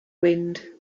wind